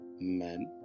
men